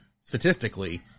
statistically